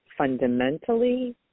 Fundamentally